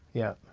yeah.